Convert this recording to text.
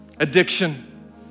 Addiction